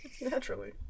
Naturally